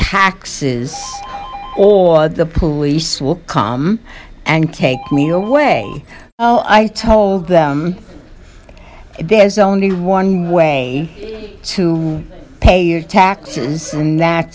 taxes or the police will come and take me away oh i told them there is only one way to pay your taxes and that